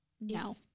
no